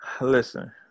Listen